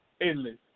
endless